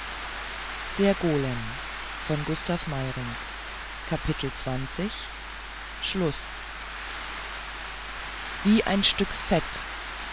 der wie ein stück fett